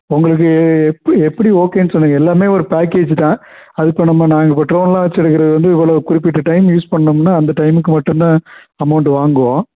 உங்களுக்கு எப்படி எப்படி ஓகேன்னு சொல்லுங்கள் எல்லாமே ஒரு பேக்கேஜ் தான் அது இப்போ நம்ம நாங்கள் ட்ரோன்லே வச்சு எடுக்கிறது வந்து இவ்வளோ குறிப்பிட்ட டைம் யூஸ் பண்ணுணோம்னா அந்த டைமுக்கு மட்டுந்தா அமௌண்ட் வாங்குவோம்